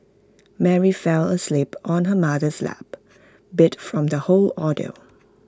Mary fell asleep on her mother's lap beat from the whole ordeal